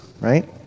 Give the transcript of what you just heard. right